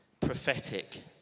prophetic